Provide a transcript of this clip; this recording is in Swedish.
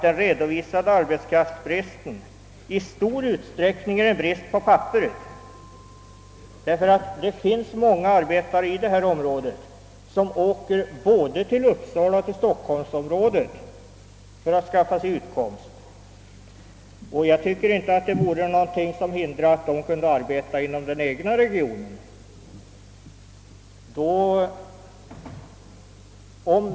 Den redovisade arbetskraftsbristen är dessutom i stor utsträckning en brist på papperet. Det finns många arbetare i detta område som åker både till Stockholm och Uppsala för att skaffa sig utkomst. Ingenting hindrar att de skulle kunna arbeta i den egna regionen.